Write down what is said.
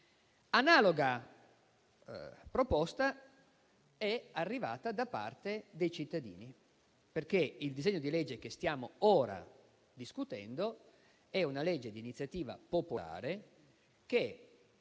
Analoga proposta è arrivata da parte dei cittadini. Infatti, il disegno di legge che stiamo ora discutendo, di iniziativa popolare, ha